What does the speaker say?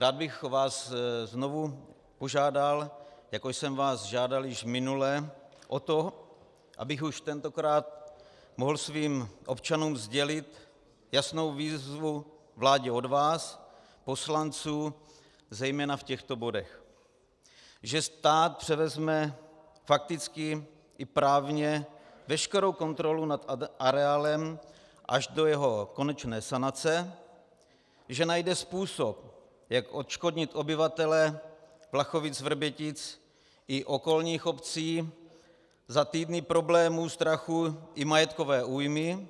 Rád bych vás znovu požádal, jako jsem vás žádal již minule, o to, abych už tentokrát mohl svým občanům sdělit jasnou výzvu vládě od vás, poslanců, zejména v těchto bodech: že stát převezme fakticky i právně veškerou kontrolu nad areálem až do jeho konečné sanace; že najde způsob, jak odškodnit obyvatele VlachovicVrbětic i okolních obcí za týdny problémů, strachu i majetkové újmy;